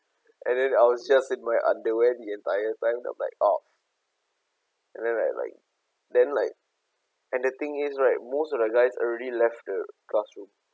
and then I was just in my underwear the entire time I'm like oh and then I like then like and the thing is right most of the guys already left the classroom